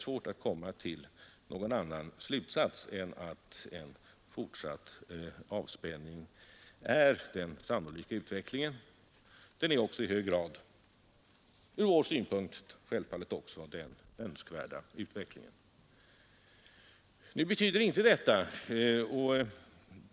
Slutsatsen måste bli att avspänningen sannolikt kommer att fortsätta, en utveckling som självfallet är önskvärd ur vår synpunkt.